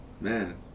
Man